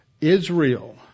Israel